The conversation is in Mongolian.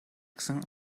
гэсэн